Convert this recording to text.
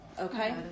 Okay